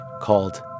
called